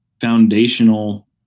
foundational